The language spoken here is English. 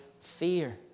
fear